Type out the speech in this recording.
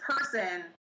person